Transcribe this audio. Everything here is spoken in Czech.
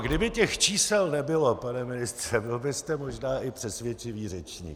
Kdyby těch čísel nebylo, pane ministře, byl byste možná i přesvědčivý řečník.